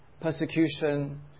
persecution